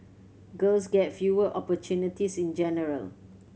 girls get fewer opportunities in general